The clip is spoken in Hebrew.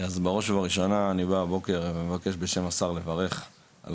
אז בראש ובראשונה אני בא הבוקר ומבקש בשם השר לברך על